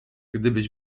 gdybyś